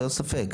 אין ספק,